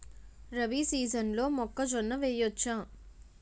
రబీ సీజన్లో మొక్కజొన్న వెయ్యచ్చా?